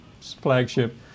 flagship